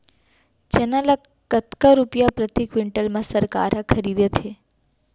चना ल कतका रुपिया प्रति क्विंटल म सरकार ह खरीदथे?